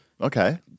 Okay